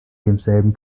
demselben